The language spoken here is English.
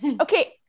okay